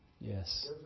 Yes